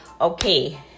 okay